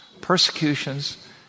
persecutions